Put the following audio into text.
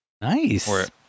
nice